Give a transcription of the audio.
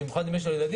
במיוחד אם יש לו ילדים.